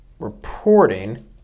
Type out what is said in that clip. reporting